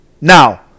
Now